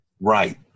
Right